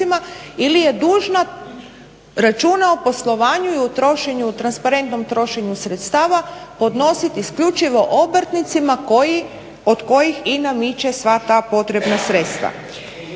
ili je dužna račune o poslovanju i o trošenju, transparentnom trošenju sredstava podnositi isključivo obrtnicima koji, od kojih i namiče sva ta potrebna sredstva.